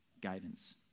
guidance